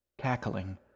Cackling